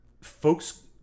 folks